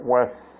West